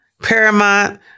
Paramount